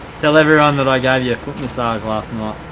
tell everyone that i gave you a foot massage last night.